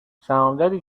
سهامداری